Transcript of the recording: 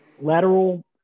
lateral